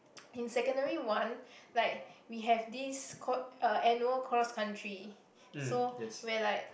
in secondary-one like we have this called uh annual cross country so where like